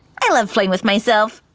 i love playing with myself.